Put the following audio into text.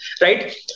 right